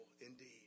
indeed